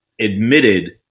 admitted